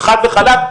חד וחלק,